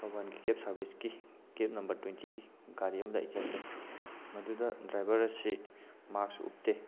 ꯊꯧꯕꯥꯜꯒꯤ cab ꯁꯥꯔꯚꯤꯁꯀꯤ cab number ꯇ꯭ꯋꯦꯟꯇꯤꯒꯤ ꯒꯥꯔꯤ ꯑꯝꯗ ꯑꯩ ꯆꯠꯆꯩ ꯃꯗꯨꯗ ꯗ꯭ꯔꯥꯏꯚꯔ ꯑꯁꯤ ꯃꯥꯛꯁ ꯎꯞꯇꯦ